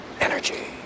Energy